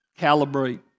Calibrate